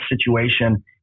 situation